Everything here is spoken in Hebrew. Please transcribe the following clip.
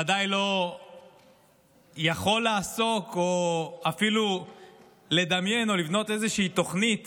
ודאי לא יכול לעסוק או אפילו לדמיין או לבנות איזושהי תוכנית